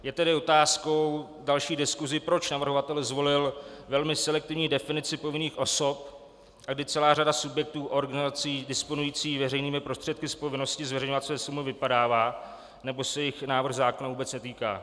Je tedy otázkou další diskuse, proč navrhovatel zvolil velmi selektivní definici povinných osob, kdy celá řada subjektů, organizací disponujících veřejnými prostředky z povinnosti zveřejňovat své smlouvy vypadává nebo se jich návrh zákona vůbec netýká.